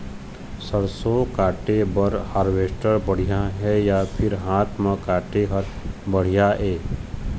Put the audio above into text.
सरसों काटे बर हारवेस्टर बढ़िया हे या फिर हाथ म काटे हर बढ़िया ये?